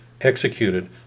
executed